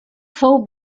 fou